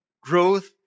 growth